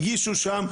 הגישו שם,